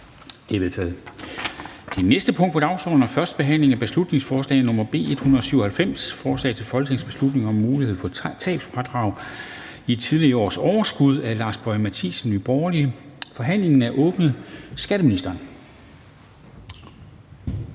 Det er vedtaget. --- Det næste punkt på dagsordenen er: 12) 1. behandling af beslutningsforslag nr. B 197: Forslag til folketingsbeslutning om mulighed for tabsfradrag i tidligere års overskud. Af Lars Boje Mathiesen (NB) m.fl. (Fremsættelse